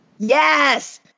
Yes